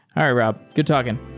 all right, rob. good talking